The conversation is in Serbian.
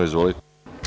Izvolite.